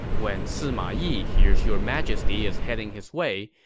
when sima yi hears your majesty is heading his way,